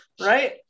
Right